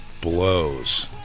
blows